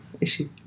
issue